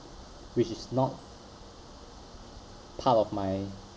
which is not part of my